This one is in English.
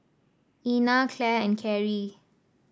Ina Clare and Carie